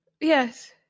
Yes